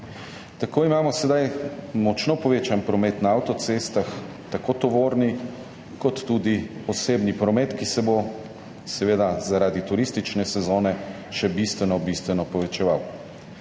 Tako imamo sedaj močno povečan promet na avtocestah, tako tovorni kot tudi osebni promet, ki se bo seveda zaradi turistične sezone še bistveno bistveno povečeval.